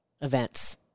events